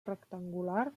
rectangular